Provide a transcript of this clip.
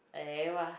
!ewah!